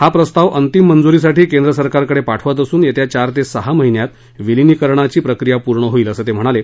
हा प्रस्ताव अंतिम मंजुरीसाठी केंद्र सरकारकडे पाठवत असून येत्या चार ते सहा महिन्यात विलिनीकरणाची प्रक्रिया पूर्ण होईल असं ते म्हणाले